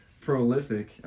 Prolific